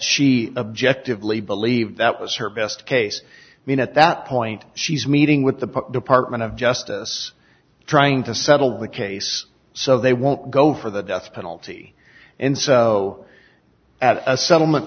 she objective lee believed that was her best case i mean at that point she's meeting with the department of justice trying to settle the case so they won't go for the death penalty and so at a settlement